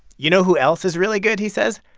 you know who else is really good, he says?